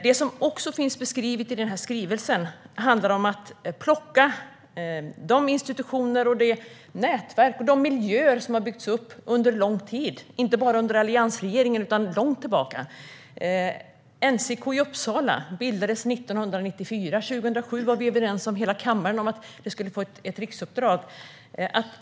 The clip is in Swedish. Det som också finns beskrivet i skrivelsen handlar om att de institutioner, nätverk och miljöer som har byggts upp under lång tid, inte bara under alliansregeringens tid, ska splittras upp. NCK i Uppsala bildades 1994. År 2007 var hela kammaren överens om ge NCK ett riksuppdrag.